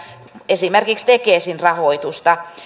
esimerkiksi tekesin rahoitusta